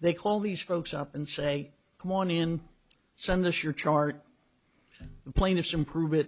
they call these folks up and say come on in send this your chart the plaintiffs improve it